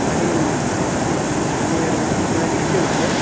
आनी आनी इसवणाचे कितलें म्हटले